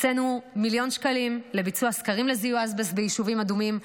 הקצינו מיליון שקלים לביצוע סקרים לזיהוי אסבסט ביישובים אדומים.